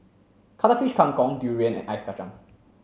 Cuttlefish Kang Kong durian and Ice Kachang